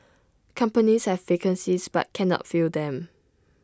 companies have vacancies but cannot fill them